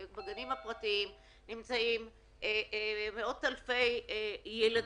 בגנים הפרטיים נמצאים מאות אלפי ילדים,